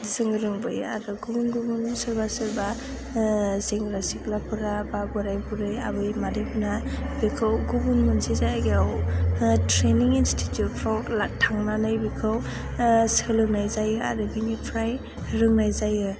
जों रोंबोयो आरो गुबुन गुबुन सोरबा सोरबा सेंग्रा सिख्लाफोरा बा बोराय बुरै आबै मादैमोना बेखौ गुबुन मोनसे जायगायाव ट्रेनिं इनस्टिटिउटफ्राव थांनानै बेखौ सोलोंनाय जायो आरो बेनिफ्राय रोंनाय जायो